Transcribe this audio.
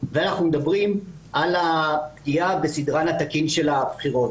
ועל הפגיעה בסדרן התקין של הבחירות.